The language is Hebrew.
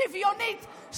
שוויונית,